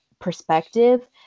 perspective